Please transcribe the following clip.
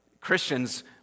Christians